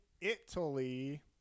Italy